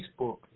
Facebook